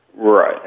Right